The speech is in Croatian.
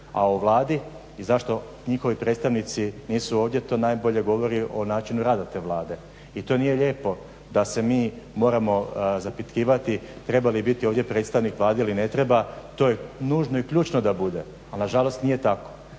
A o Vladi i zašto njihovi predstavnici nisu ovdje to najbolje govori o načinu rada te Vlade i to nije lijepo da se mi moramo zapitkivati treba li biti ovdje predstavnik Vlade ili ne treba, to je nužno i ključno da bude ali nažalost nije tako.